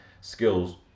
skills